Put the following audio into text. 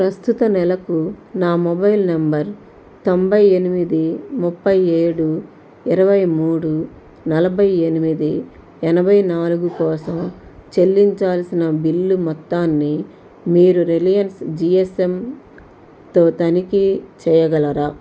ప్రస్తుత నెలకు నా మొబైల్ నెంబర్ తొంభై ఎనిమిది ముప్పై ఏడు ఇరవై మూడు నలభై ఎనిమిది ఎనభై నాలుగు కోసం చెల్లించాల్సిన బిల్లు మొత్తాన్ని మీరు రిలయన్స్ జీ ఎస్ ఎం తో తనిఖీ చెయ్యగలరా